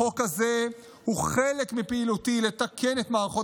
החוק הזה הוא חלק מפעילותי לתקן את מערכות